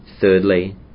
Thirdly